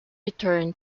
return